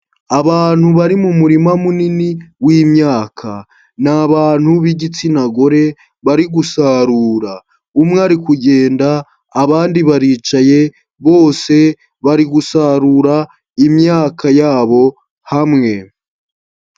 Abantu bari mu murima munini w'imyaka, ni abantu b'igitsina gore bari gusarura, umwe ari kugenda abandi baricaye, bose bari gusarura imyaka yabo hamwe.